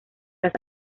las